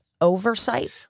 oversight